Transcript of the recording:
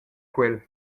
quel